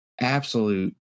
absolute